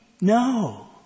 No